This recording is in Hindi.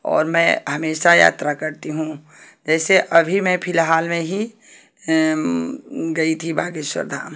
और मैं हमेशा यात्रा करती हूँ जैसे अभी मैं फिलहाल में ही गई थी बागेश्वर धाम